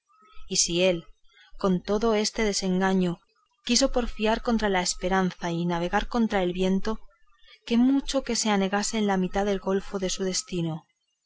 y si él con todo este desengaño quiso porfiar contra la esperanza y navegar contra el viento qué mucho que se anegase en la mitad del golfo de su desatino